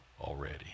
already